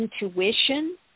intuition